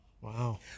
Wow